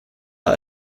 are